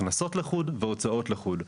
הכנסות לחוד והוצאות לחוד.